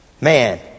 Man